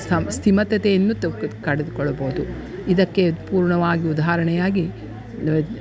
ಸ್ಥ ಸ್ಥಿರತೆಯನ್ನು ತ ಕಂಡುಕೊಳ್ಳಬೌದು ಇದಕ್ಕೆ ಪೂರ್ಣವಾಗಿ ಉದಾಹರಣೆಯಾಗಿ